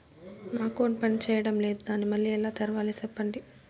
నా అకౌంట్ పనిచేయడం లేదు, దాన్ని మళ్ళీ ఎలా తెరవాలి? సెప్పండి